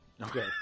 Okay